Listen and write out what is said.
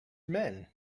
men